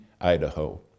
Idaho